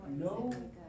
No